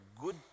good